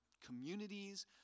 communities